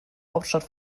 hauptstadt